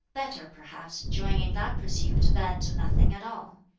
better, perhaps, join in that pursuit than do nothing at all!